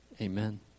Amen